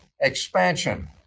expansion